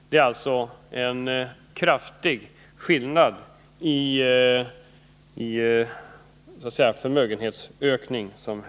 Det är alltså en kraftig skillnad i förmögenhetsökningen.